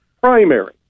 primary